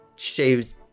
Shaves